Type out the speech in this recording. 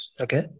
Okay